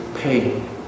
pain